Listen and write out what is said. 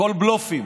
הכול בלופים.